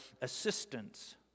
assistance